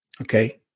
Okay